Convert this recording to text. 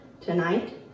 tonight